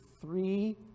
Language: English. three